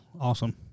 Awesome